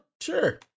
Sure